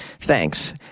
thanks